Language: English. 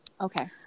Okay